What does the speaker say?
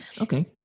Okay